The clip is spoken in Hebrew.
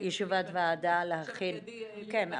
ישיבת ועדה -- לחזק